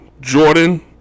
Jordan